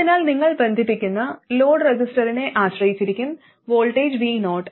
അതിനാൽ നിങ്ങൾ ബന്ധിപ്പിക്കുന്ന ലോഡ് റെസിസ്റ്റൻസിനെ ആശ്രയിച്ചിരിക്കും വോൾട്ടേജ് vo